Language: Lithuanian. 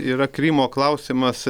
yra krymo klausimas